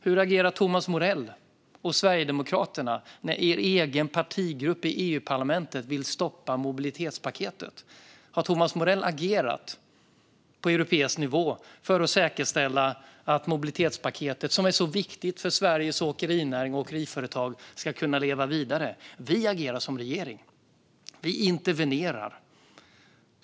Hur agerar Thomas Morell och Sverigedemokraterna när er egen partigrupp i EU-parlamentet vill stoppa mobilitetspaketet? Har Thomas Morell agerat på europeisk nivå för att säkerställa att mobilitetspaketet, som är så viktigt för Sveriges åkerinäring och åkeriföretag, ska kunna leva vidare? Vi agerar som regering. Vi intervenerar.